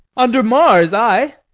under mars, i.